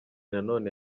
nanone